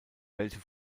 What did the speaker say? welche